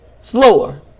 slower